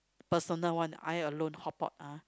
personal one I alone hotpot ah